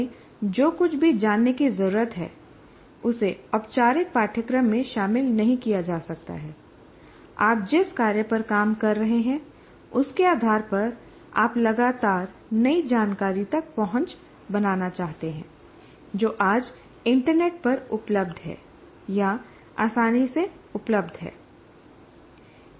हमें जो कुछ भी जानने की जरूरत है उसे औपचारिक पाठ्यक्रम में शामिल नहीं किया जा सकता है आप जिस कार्य पर काम कर रहे हैं उसके आधार पर आप लगातार नई जानकारी तक पहुंच बनाना चाहते हैं जो आज इंटरनेट पर उपलब्ध है या आसानी से उपलब्ध है